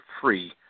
free